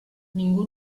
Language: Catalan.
ningú